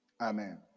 Amen